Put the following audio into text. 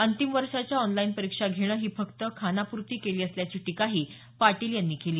अंतिम वर्षाच्या ऑनलाईन परीक्षा घेणं ही फक्त खानापूर्ती केली असल्याची टीकाही पाटील यांनी केली